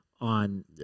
on